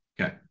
Okay